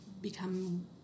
become